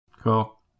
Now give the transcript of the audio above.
Cool